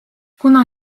kuna